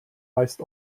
heißt